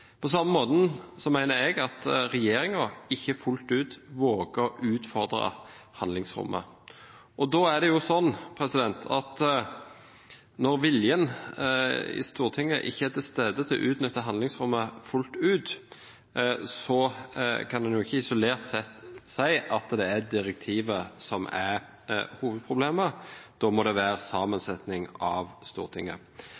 På samme måte mener jeg at regjeringen ikke fullt ut våger å utfordre handlingsrommet. Da er det sånn at når viljen i Stortinget til fullt ut å utnytte handlingsrommet ikke er til stede, kan en ikke isolert sett si at det er direktivet som er hovedproblemet. Da må det være